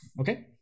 Okay